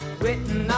written